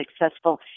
successful